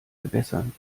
gewässern